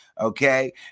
okay